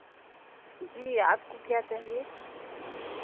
जी आपको क्या चाहिए